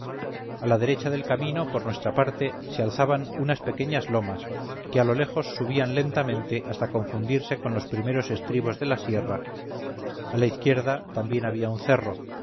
a la derecha del camino por nuestra parte se alzaban unas pequeñas lomas que a lo lejos subían lentamente hasta confundirse con los primeros estribos de la sierra a la izquierda también había un cerro